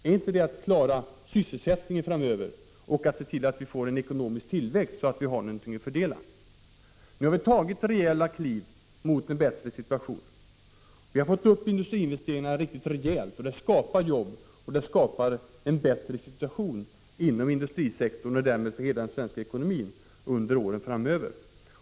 Är inte det att klara sysselsättningen framöver och att se till att vi får en ekonomisk tillväxt så att det finns något att fördela? Nu har vi tagit rejäla kliv mot en bättre situation. Vi har fått upp industriinvesteringarna riktigt ordentligt. Det skapar jobb och en bättre situation inom industrisektorn och därmed för hela den svenska ekonomin under åren framöver.